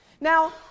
Now